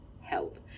help